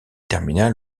terminal